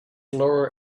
lower